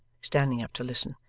standing up to listen,